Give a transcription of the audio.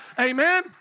Amen